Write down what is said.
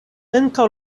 ankaŭ